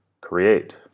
create